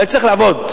הוא היה צריך לעבוד.